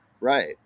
right